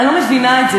אני לא מבינה את זה.